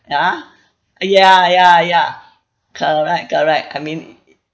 ah ya ya ya correct correct I mean